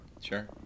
Sure